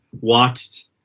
watched